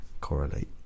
correlate